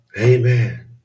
Amen